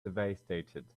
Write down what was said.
devastated